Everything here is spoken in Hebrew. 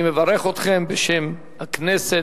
אני מברך אתכם בשם הכנסת.